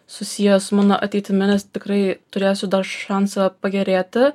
susiję su mano ateitimi nes tikrai turėsiu šansą pagerėti